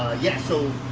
yeah, so